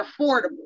affordable